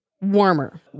warmer